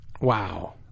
Wow